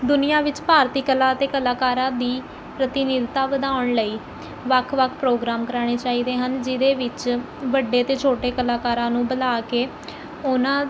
ਦੁਨੀਆਂ ਵਿੱਚ ਭਾਰਤੀ ਕਲਾ ਅਤੇ ਕਲਾਕਾਰਾਂ ਦੀ ਪ੍ਰਤੀਨਿਧਤਾ ਵਧਾਉਣ ਲਈ ਵੱਖ ਵੱਖ ਪ੍ਰੋਗਰਾਮ ਕਰਵਾਉਣੇ ਚਾਹੀਦੇ ਹਨ ਜਿਹਦੇ ਵਿੱਚ ਵੱਡੇ ਅਤੇ ਛੋਟੇ ਕਲਾਕਾਰਾਂ ਨੂੰ ਬੁਲਾ ਕੇ ਉਨ੍ਹਾਂ